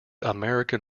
american